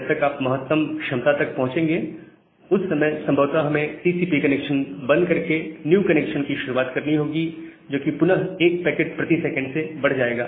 जब तक आप महत्तम क्षमता तक पहुंचेंगे उस समय संभवत हमें टीसीपी कनेक्शन बंद करके न्यू कनेक्शन की शुरुआत करनी होगी जोकि पुनः 1 पैकेट प्रति सेकंड से बढ़ जाएगा